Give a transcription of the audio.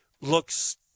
looks